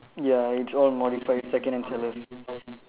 ya it's all modified secondhand sellers